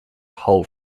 whole